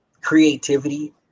creativity